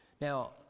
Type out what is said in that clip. Now